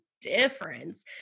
difference